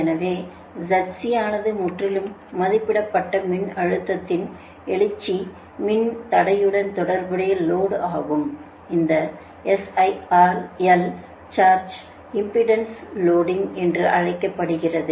எனவே Zc ஆனது முற்றிலும் மதிப்பிடப்பட்ட மின்னழுத்தத்தில் எழுச்சி மின்தடையுடன் தொடர்புடைய லோடு ஆகும் இந்த SIL சர்ஜ் இம்பெடன்ஸ் லோடிங் என்று அழைக்கப்படுகிறது